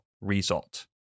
result